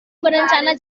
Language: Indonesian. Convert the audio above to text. berencana